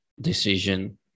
decision